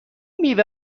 میوه